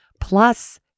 plus